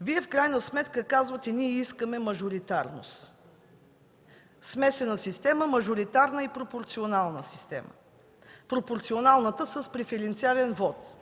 Вие в крайна сметка казвате: ние искаме мажоритарност, смесена система – мажоритарна и пропорционална, пропорционалната с преференциален вот.